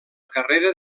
carrera